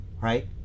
Right